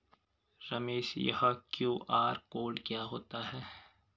रमेश यह QR code क्या होता है?